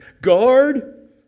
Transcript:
guard